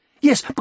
Yes